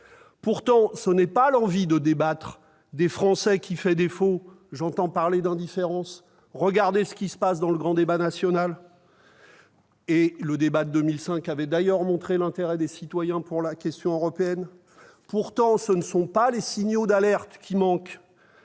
Pourtant, ce n'est pas l'envie de débattre des Français qui fait défaut. J'entends parler d'indifférence, mais regardez ce qui se passe dans le grand débat national. Au demeurant, le débat de 2005 avait déjà montré l'intérêt des citoyens pour la question européenne. Pourtant, ce ne sont pas les signaux d'alerte qui manquent